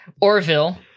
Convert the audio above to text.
Orville